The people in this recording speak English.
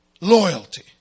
Loyalty